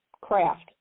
craft